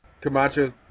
Camacho